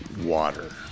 water